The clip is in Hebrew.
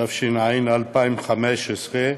התשע"ז 2015,